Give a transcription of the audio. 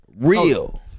Real